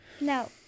No